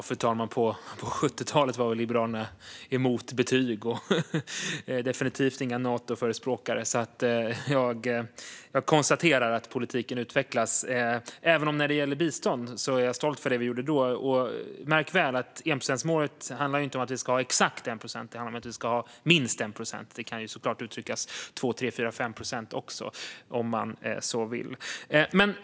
Fru talman! På 70-talet var Liberalerna emot betyg och definitivt inga Natoförespråkare, så jag konstaterar att politiken utvecklas. När det gäller bistånd är jag stolt över det vi gjorde då. Märk väl att enprocentsmålet inte handlar om att vi ska ha exakt 1 procent. Det handlar om att vi ska ha minst 1 procent. Man kan såklart uttrycka 2, 3, 4 eller 5 procent också om man så vill. Fru talman!